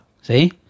see